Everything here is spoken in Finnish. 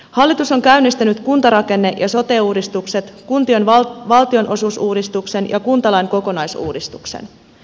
hallitus on käynnistänyt kuntarakenne ja sote uudistukset kuntien valtionosuusuudistuksen ja kuntalain kokonaisuudistuksen